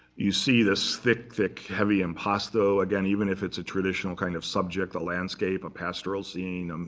you see this thick, thick, heavy impasto. again, even if it's a traditional kind of subject, the landscape, a pastoral scene, um